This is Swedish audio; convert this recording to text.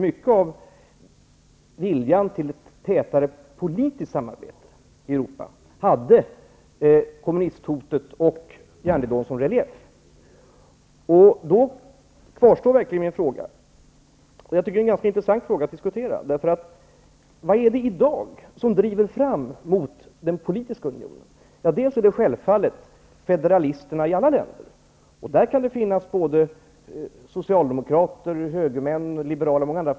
Mycket av viljan till ett tätare politiskt samarbete i Europa hade kommunisthotet och järnridån som relief. Då kvarstår verkligen min fråga, som jag tycker är ganska intressant att diskutera: Vilka är det i dag som driver fram mot den politiska unionen? Bl.a. är det självfallet federalisterna i alla länder. Där kan det finnas både socialdemokrater, högermän, liberaler och många andra.